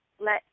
let